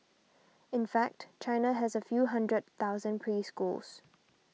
in fact China has a few hundred thousand preschools